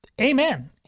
Amen